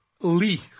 Lee